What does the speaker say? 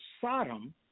Sodom